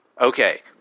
Okay